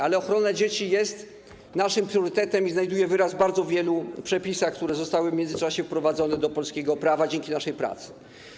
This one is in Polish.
Ale ochrona dzieci jest naszym priorytetem i znajduje wyraz w bardzo wielu przepisach, które zostały w międzyczasie wprowadzone do polskiego prawa dzięki naszej pracy.